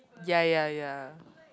ya ya ya